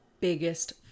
biggest